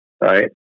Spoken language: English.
right